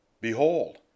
Behold